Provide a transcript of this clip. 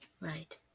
Right